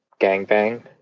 gangbang